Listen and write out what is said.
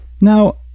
Now